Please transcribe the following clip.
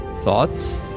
Thoughts